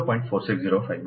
તેથી M 12 એ 0